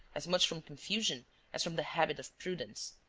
as much from confusion as from the habit of prudence,